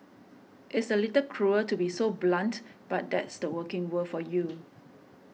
it's a little cruel to be so blunt but that's the working world for you